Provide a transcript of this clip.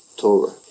Torah